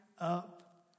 up